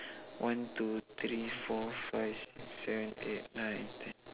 one two three four five six seven eight nine ten